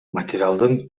материалдын